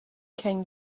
came